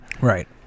Right